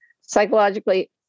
Psychologically